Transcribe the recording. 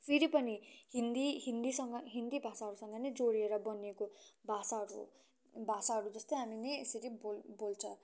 फेरि पनि हिन्दी हिन्दीसँग हिन्दी भाषाहरूसँग नै जोडिएर बनिएको भाषाहरू हो भाषाहरू जस्तै हामी पनि यसरी बोल् बोल्छ